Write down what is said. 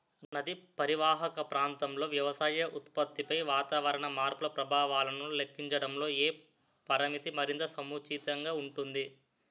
నదీ పరీవాహక ప్రాంతంలో వ్యవసాయ ఉత్పత్తిపై వాతావరణ మార్పుల ప్రభావాలను లెక్కించడంలో ఏ పరామితి మరింత సముచితంగా ఉంటుంది?